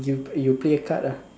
you you play a card lah